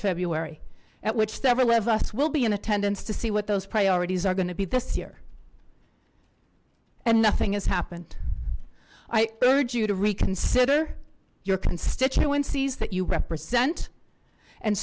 february at which several left us will be in attendance to see what those priorities are going to be this year and nothing has happened i urge you to reconsider your constituencies that you represent and